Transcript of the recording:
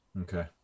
Okay